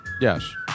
Yes